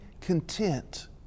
content